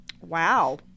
Wow